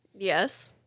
Yes